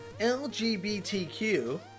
LGBTQ